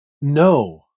no